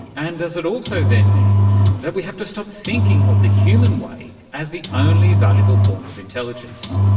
and does it also then mean that we have to stop thinking of the human way as the only valuable form of intelligence?